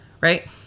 Right